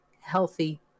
healthy